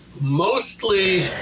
mostly